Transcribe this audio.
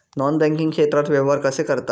Non banking क्षेत्रात व्यवहार कसे करतात?